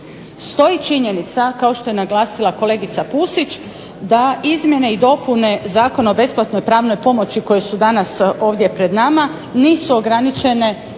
Stoji činjenica kao što je naglasila kolegica Pusić da izmjene i dopune Zakona o besplatnoj pravnoj pomoći koje su danas ovdje pred nama nisu ograničene,